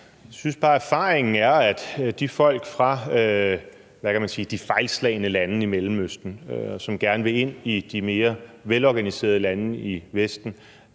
Jeg synes bare, at erfaringen er, at de folk fra – hvad kan man sige – de fejlslagne lande i Mellemøsten, som gerne vil ind i de mere velorganiserede lande i Vesten,